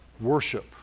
worship